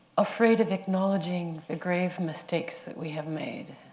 afraid of acknowledging the grave mistakes that we have made,